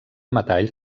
metall